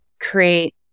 create